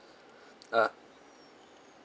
ah